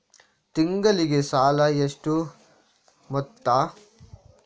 ತಿಂಗಳಿಗೆ ಸಾಲ ಎಷ್ಟು ಮೊತ್ತ?